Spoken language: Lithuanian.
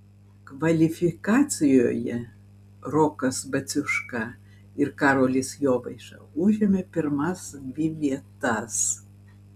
kvalifikacijoje rokas baciuška ir karolis jovaiša užėmė pirmas dvi vietas